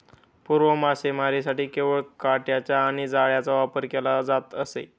पूर्वी मासेमारीसाठी केवळ काटयांचा आणि जाळ्यांचाच वापर केला जात असे